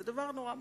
זה דבר נורא מוחשי,